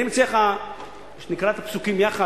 אני מציע לך שנקרא את הפסוקים יחד,